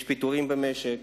יש פיטורים במשק,